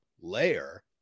layer